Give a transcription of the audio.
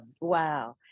wow